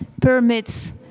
permits